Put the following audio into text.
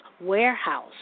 warehouse